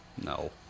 No